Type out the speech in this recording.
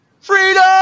freedom